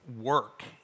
work